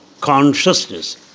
consciousness